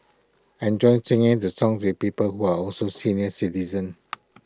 I enjoy singing the songs with people who are also senior citizens